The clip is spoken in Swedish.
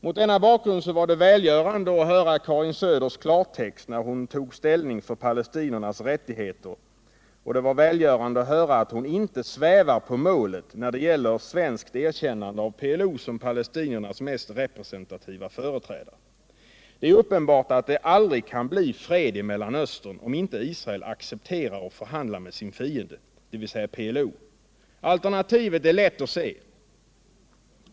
Mot denna bakgrund är det välgörande att höra Karin Söders klartext, när hon tar ställning för palestiniernas rättigheter och inte svävar på målet när det gäller svenskt erkännande av PLO som palestiniernas mest representativa företrädare. Det är uppenbart att det aldrig kan bli fred i Mellan Östern, om inte Israel accepterar att förhandla med sin fiende, dvs. PLO. Alternativet är lätt att inse.